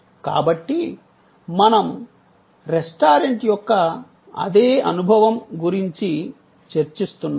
కాబట్టి మనం రెస్టారెంట్ యొక్క అదే అనుభవం గురించి చర్చిస్తున్నాము